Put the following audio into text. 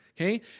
okay